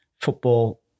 football